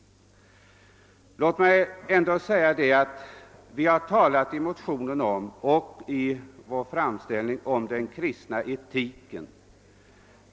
Vi har i motionen talat om den kristna etiken.